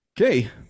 Okay